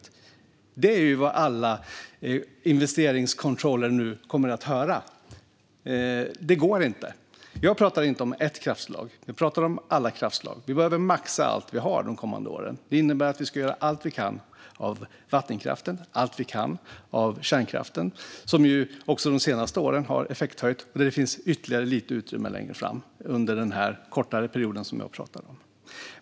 Det är vad alla investeringscontrollrar nu kommer att höra. Det går inte. Jag pratar inte om ett kraftslag; jag pratar om alla kraftslag. Vi behöver maxa allt vi har de kommande åren. Det innebär att vi ska göra allt vi kan av vattenkraften och allt vi kan av kärnkraften, som de senaste åren har effekthöjt och där det finns ytterligare lite utrymme längre fram under den kortare period som jag pratar om.